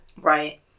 Right